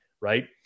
right